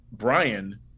Brian